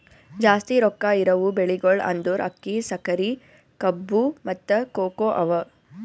ಜಾಸ್ತಿ ರೊಕ್ಕಾ ಇರವು ಬೆಳಿಗೊಳ್ ಅಂದುರ್ ಅಕ್ಕಿ, ಸಕರಿ, ಕಬ್ಬು, ಮತ್ತ ಕೋಕೋ ಅವಾ